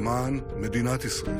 ותיכנס לספר החוקים.